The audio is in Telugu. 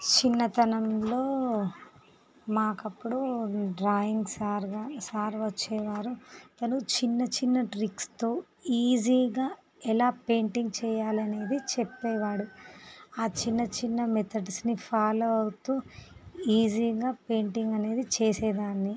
చిన్నతనంలో మాకు అప్పుడు డ్రాయింగ్ సారుగా సార్ వచ్చేవారు తను చిన్న చిన్న ట్రిక్స్తో ఈజీగా ఎలా పెయింటింగ్ చేయాలి అనేది చెప్పేవాడు ఆ చిన్న చిన్న మెథడ్స్ని ఫాలో అవుతు ఈజీగా పెయింటింగ్ అనేది చేసే దాన్ని